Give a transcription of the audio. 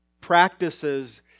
practices